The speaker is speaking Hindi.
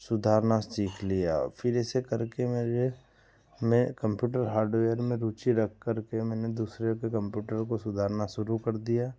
सुधारना सीख लिया फिर ऐसे करके मैं जो है मैं कंप्यूटर हार्डवेयर में रुचि रख करके मैंने दूसरे के कंप्यूटर को सुधारना शुरु कर दिया